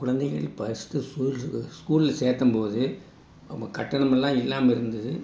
குழந்தைகள் first school ஸ்கூலில் சேர்த்தம்போது அப்போ கட்டணமெல்லாம் இல்லாமல் இருந்தது